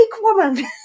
woman